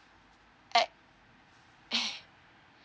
add (pp)